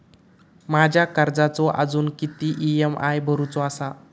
माझ्या कर्जाचो अजून किती ई.एम.आय भरूचो असा?